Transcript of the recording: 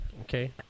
Okay